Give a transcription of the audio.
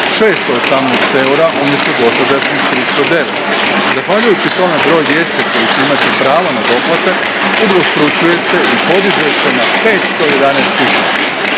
309 eura. Zahvaljujući tome broj djece koje će imati pravo na doplatak udvostručuje se i podiže na 511